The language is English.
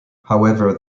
however